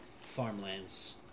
farmlands